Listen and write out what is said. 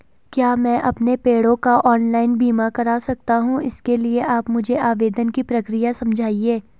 क्या मैं अपने पेड़ों का ऑनलाइन बीमा करा सकता हूँ इसके लिए आप मुझे आवेदन की प्रक्रिया समझाइए?